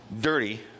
dirty